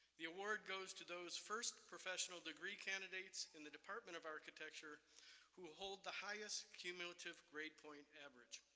the award goes to those first professional degree candidates in the department of architecture who hold the highest accumulative grade-point average.